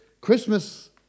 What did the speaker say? Christmas